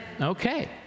Okay